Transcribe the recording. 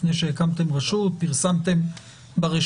לפני שהקמתם רשות,